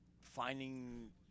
finding